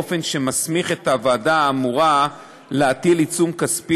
באופן שמסמיך את הוועדה האמורה להטיל עיצום כספי